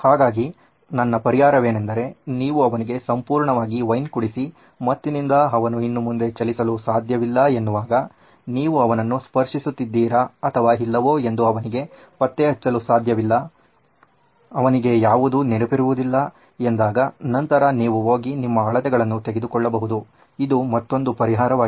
ಹಾಗಾಗಿ ನನ್ನ ಪರಿಹಾರವೆನೆಂದರೆ ನೀವು ಅವನಿಗೆ ಸಂಪೂರ್ಣವಾಗಿ ವೈನ್ ಕೂಡಿಸಿ ಮತ್ತಿನಿಂದ ಅವನು ಇನ್ನು ಮುಂದೆ ಚಲಿಸಲು ಸಾಧ್ಯವಿಲ್ಲ ಎನ್ನುವಾಗ ನೀವು ಅವನನ್ನು ಸ್ಪರ್ಶಿಸುತ್ತಿದ್ದೀರಾ ಅಥವಾ ಇಲ್ಲವೋ ಎಂದು ಅವನಿಗೆ ಪತ್ತೆಹಚ್ಚಲು ಸಾಧ್ಯವಿಲ್ಲ ಅವನಿಗೆ ಯಾವುದೂ ನೆನಪಿರುವುದಿಲ್ಲ ಎಂದಾಗ ನಂತರ ನೀವು ಹೋಗಿ ನಿಮ್ಮ ಅಳತೆಗಳನ್ನು ತೆಗೆದುಕೊಳ್ಳಬಹುದು ಇದು ಮತ್ತೊಂದು ಪರಿಹಾರವಾಗಿದೆ